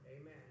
Amen